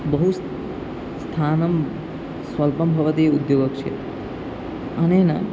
बहु स् स्थानं स्वल्पं भवति उद्योगक्षेत्रे अनेन